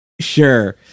Sure